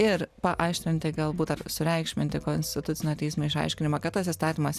ir paaištrinti galbūt ar sureikšminti konstitucinio teismo išaiškinimą kad tas įstatymas